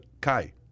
Kai